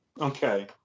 Okay